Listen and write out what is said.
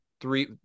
three